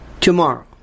tomorrow